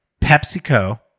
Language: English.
PepsiCo